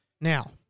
Now